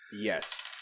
Yes